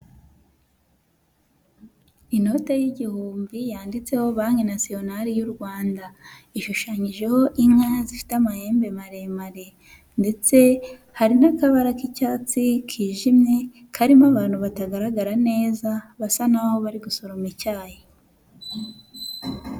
Inote y'igihumbi yanditseho banki nasiyonari y'u Rwanda. Ishushanyijeho inka zifite amahembe maremare. Ndetse hari n'akabara k'icyatsi kijimye karimo abantu batagaragara neza, basa n' aho bari gusoroma icyayi.